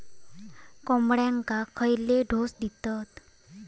कोंबड्यांक खयले डोस दितत?